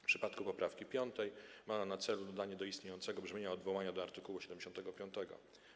W przypadku poprawki piątej ma ona na celu dodanie do istniejącego brzmienia odwołania do art. 75.